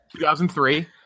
2003